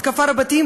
מתקפה רבתי,